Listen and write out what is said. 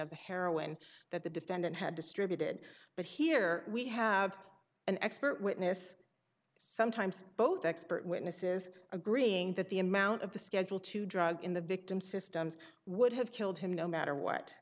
the heroin that the defendant had distributed but here we have an expert witness sometimes both expert witnesses agreeing that the amount of the schedule two drugs in the victim systems would have killed him no matter what